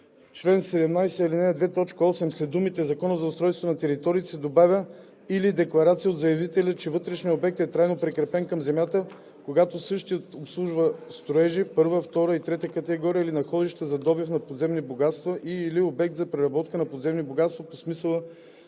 чл. 17, ал. 2, т. 8 след думите „Закона за устройство на територията“ се добавя „или декларация от заявителя, че вътрешния обект е трайно прикрепен към земята, когато същият обслужва строеж първа, втора и трета категория или находище за добив на подземни богатства, и/или обект за преработка на подземни богатства по смисъла